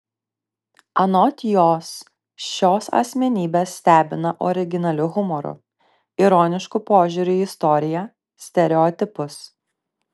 anot jos šios asmenybės stebina originaliu humoru ironišku požiūriu į istoriją stereotipus